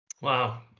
Wow